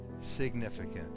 significant